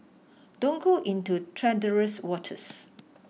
don't go into treacherous waters